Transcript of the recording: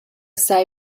sai